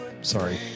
Sorry